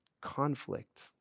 conflict